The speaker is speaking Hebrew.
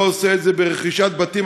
לא עושה את זה ברכישת בתים,